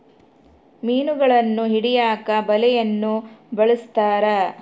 ಮೀನುಗಳನ್ನು ಹಿಡಿಯಕ ಬಲೆಯನ್ನು ಬಲಸ್ಥರ